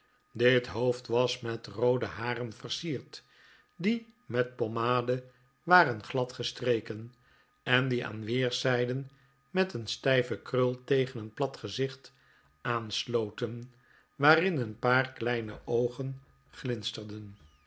dit hoofd was met roode haren versierd die met pommade waren gladgestreken en die aan weerszijden met een stijve krul tegen een plat gezicht aansloten waarin een paar kleine oogen glinsterden